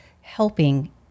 helping